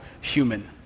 human